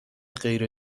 غیر